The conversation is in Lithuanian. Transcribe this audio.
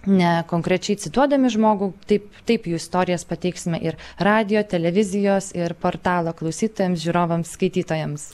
ne konkrečiai cituodami žmogų taip taip jų istorijas pateiksime ir radijo televizijos ir portalo klausytojams žiūrovams skaitytojams